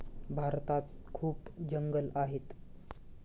भारतात खूप जंगलं आहेत